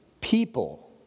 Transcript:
people